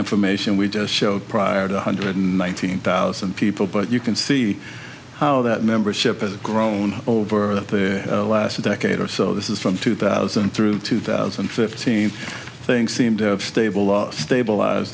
information we just showed prior to one hundred and nineteen thousand people but you can see how that membership has grown over the last decade or so this is from two thousand through two thousand and fifteen things seem to have stable all stabilize